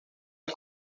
del